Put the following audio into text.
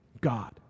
God